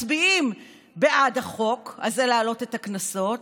מצביעים בעד החוק הזה להעלות את הקנסות,